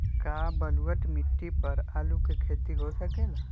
का बलूअट मिट्टी पर आलू के खेती हो सकेला?